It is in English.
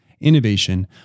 Innovation